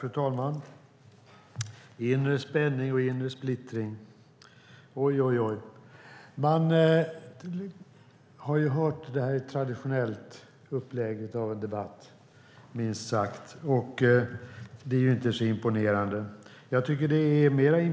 Fru talman! Det är inre spänning och inre splittring, oj, oj, oj. Man har hört det här traditionella upplägget av en debatt förut, och det är inte så imponerande. Det är